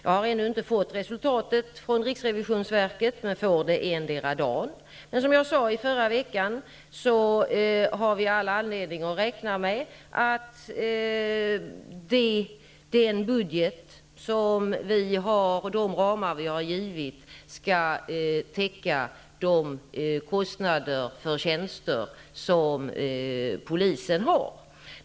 Jag har ännu inte fått resultatet från riksrevisionsverket. Jag får det endera dagen. Som jag sade förra veckan, har vi all anledning att räkna med att den budget och de ramar vi har givit skall täcka de kostnader för de tjänster som polisen har.